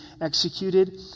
executed